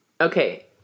okay